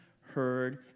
heard